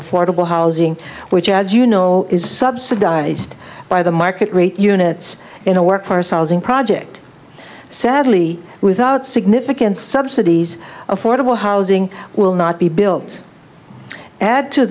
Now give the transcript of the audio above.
affordable housing which as you know is subsidized by the market rate units in a work for solving project sadly without significant subsidies affordable housing will not be built add to